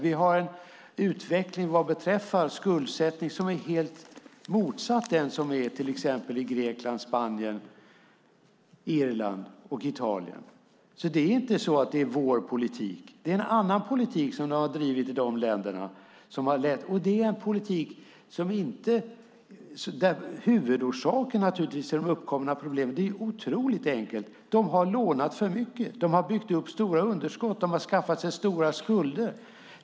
Vi har en utveckling vad beträffar skuldsättning som är helt motsatt den som är i till exempel Grekland, Spanien, Irland och Italien. Det är alltså inte vår politik utan en annan politik som de har drivit i de länderna. Vad som är huvudorsakerna till de uppkomna problemen är otroligt enkelt. De har lånat för mycket, de har byggt upp stora underskott och de har skaffat sig stora skulder.